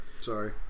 sorry